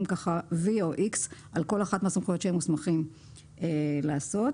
וי או איקס על כל אחת מהסמכויות שם מוסמכים לעשות,